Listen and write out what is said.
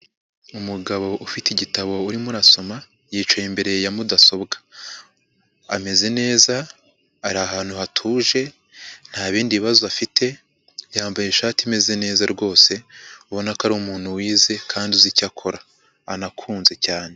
Umugabo ufite igitabo urimo arasoma, yicaye imbere ya mudasobwa. Ameze neza, ari ahantu hatuje, nta bindi bibazo afite, yambaye ishati imeze neza rwose ubona ko ari umuntu wize kandi uzi icyo akora, anakunze cyane.